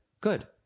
good